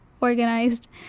organized